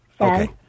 Okay